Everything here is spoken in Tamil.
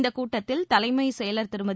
இந்தக்கூட்டத்தில் தலைமச் செயலர் திருமதி